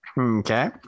okay